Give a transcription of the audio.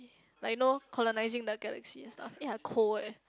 like you know colonising the galaxy and stuff eh I cold eh